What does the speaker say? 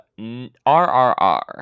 RRR